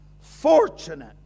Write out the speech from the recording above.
Fortunate